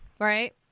Right